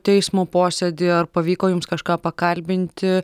teismo posėdį ar pavyko jums kažką pakalbinti